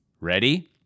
Ready